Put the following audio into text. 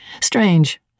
Strange